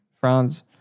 France